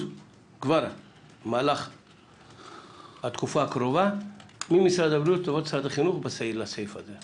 כבר במהלך התקופה הקרובה ממשרד הבריאות לטובת משרד החינוך בסעיף הזה.